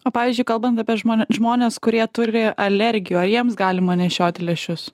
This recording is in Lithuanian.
o pavyzdžiui kalbant apie žmon žmones kurie turi alergijų ar jiems galima nešioti lęšius